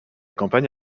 campagne